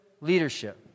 leadership